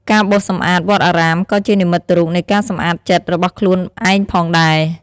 ការបោសសម្អាតវត្តអារាម ក៏ជានិមិត្តរូបនៃការសម្អាតចិត្តរបស់ខ្លួនឯងផងដែរ។